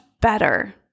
better